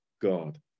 god